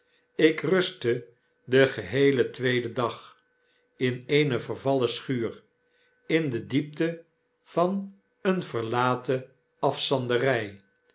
ik rustte den geheelen tweeden dag in eene vervallen schuur in de diepte van eene verlaten